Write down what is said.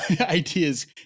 Ideas